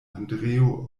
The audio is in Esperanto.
andreo